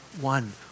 one